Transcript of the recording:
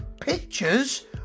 pictures